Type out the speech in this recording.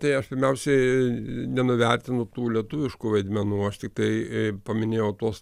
tai aš pirmiausiai nenuvertinu tų lietuviškų vaidmenų aš tiktai paminėjau tuos